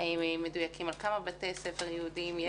מדויקים כמה בתי ספר יהודיים יש.